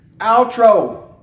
Outro